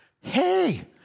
hey